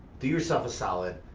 do yourself a solid,